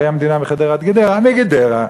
הרי המדינה מחדרה עד גדרה, מגדרה.